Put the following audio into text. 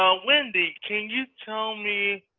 ah wendy, can you tell me